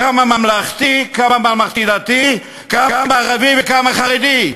כמה ממלכתי, כמה ממלכתי-דתי, כמה ערבי וכמה חרדי.